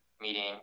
meeting